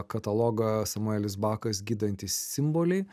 katalogą samuelis bakas gydantys simboliai